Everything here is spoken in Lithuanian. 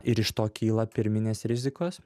ir iš to kyla pirminės rizikos